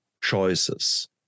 choices